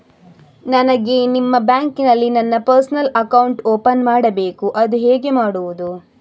ನನಗೆ ನಿಮ್ಮ ಬ್ಯಾಂಕಿನಲ್ಲಿ ನನ್ನ ಪರ್ಸನಲ್ ಅಕೌಂಟ್ ಓಪನ್ ಮಾಡಬೇಕು ಅದು ಹೇಗೆ ಮಾಡುವುದು?